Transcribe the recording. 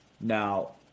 Now